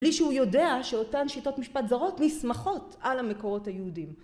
בלי שהוא יודע שאותן שיטות משפט זרות נסמכות על המקורות היהודים